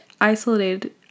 isolated